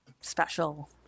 Special